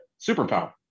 Superpower